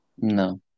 No